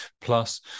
plus